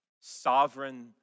sovereign